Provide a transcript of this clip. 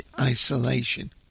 isolation